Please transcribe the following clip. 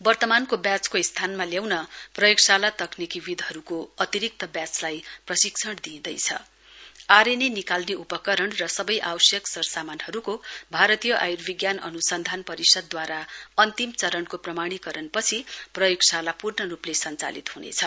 वर्तमानको व्याचको स्थानमा ल्याउन प्रयोगशाला तकनिकीविदहरूको अतिरिक्त व्याचलाई प्रशिक्षण दिँदैछ आरएनए निकाल्ने उपकरण र सबै आवश्यक सरसामानहरूको भारतीय आयुर्विज्ञान अनुसन्धान परिषदद्वारा अन्तिम चरणको प्रमाणीकरणपछि प्रयोगशाला पूर्ण रूपले सञ्चालित हुनेछ